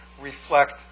reflect